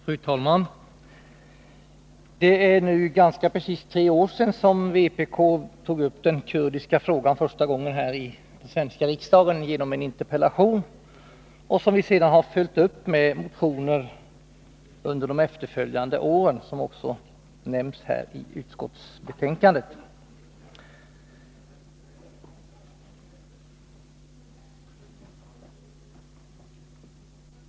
Fru talman! Det är nu ganska precis tre år sedan som vpk tog upp den kurdiska frågan första gången här i den svenska riksdagen genom en interpellation. Sedan har vi följt upp denna med motioner under de efterföljande åren, som också nämns i utskottsbetänkandet.